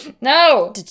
No